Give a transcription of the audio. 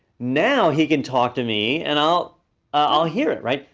now, he can talk to me and i'll i'll hear it, right,